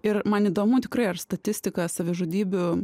ir man įdomu tikrai ar statistika savižudybių